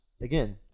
again